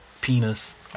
penis